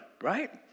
Right